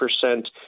percent